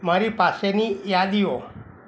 મારી પાસેની યાદીઓ